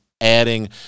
adding